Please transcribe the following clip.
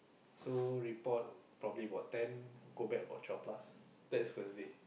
so report probably about ten go back about twelve plus that is first day